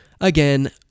again